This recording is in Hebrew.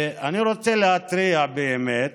אני רוצה להתריע באמת